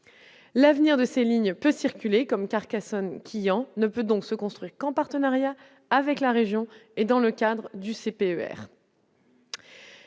l'avenir de ces lignes peut circuler comme Carcassonne-Quillan ne peut donc se construire qu'en partenariat avec la région et dans le cadre du CPE